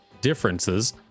differences